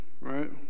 right